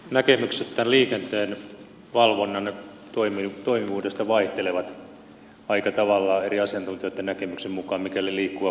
näkemykset tämän liikenteen valvonnan toimivuudesta vaihtelevat aika tavalla eri asiantuntijoitten näkemyksen mukaan mikäli liikkuva poliisi lakkautetaan